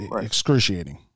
excruciating